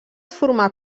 formar